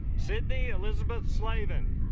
sydney elizabeth slavin